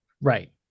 Right